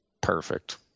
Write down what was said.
Perfect